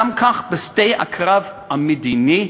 כך גם בשדה הקרב המדיני,